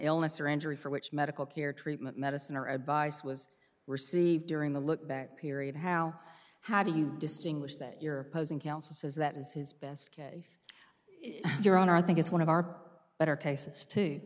illness or injury for which medical care treatment medicine or advice was received during the lookback period how how do you distinguish that your opposing counsel says that is his best case your honor i think is one of our better cases to